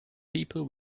people